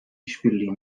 işbirliği